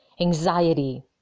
anxiety